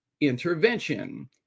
intervention